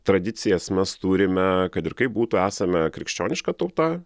tradicijas mes turime kad ir kaip būtų esame krikščioniška tauta